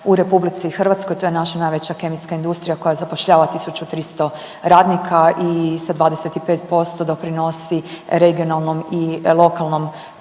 u RH, to je naša najveća kemijska industrija koja zapošljava 1300 radnika i sa 25% doprinosi regionalnom i lokalnom